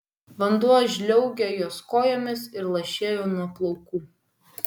vanduo žliaugė jos kojomis ir lašėjo nuo plaukų